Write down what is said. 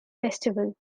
festival